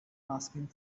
asking